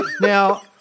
Now